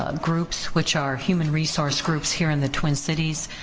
ah groups which are human resource groups here in the twin cities.